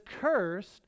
Cursed